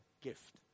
gift